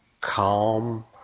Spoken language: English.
calm